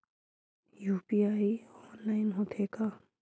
UPI online होथे का?